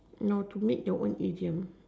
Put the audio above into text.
no to make your own idiom